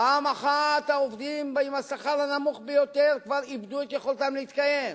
פעם אחת העובדים עם השכר הנמוך ביותר כבר איבדו את יכולתם להתקיים,